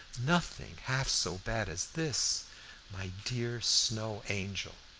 nothing half so bad as this my dear snow angel!